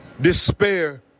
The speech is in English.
Despair